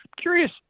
Curious